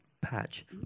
patch